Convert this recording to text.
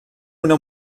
una